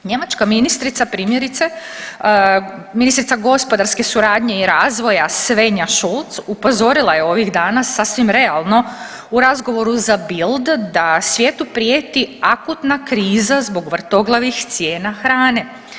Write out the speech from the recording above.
Njemačka ministrica primjerice, ministrica gospodarske suradnje i razvoja Svenja Schulze upozorila je ovih dana sasvim realno u razgovoru za Bild da svijetu prijeti akutna kriza zbog vrtoglavih cijena hrane.